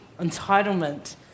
entitlement